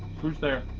who's there.